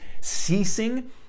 ceasing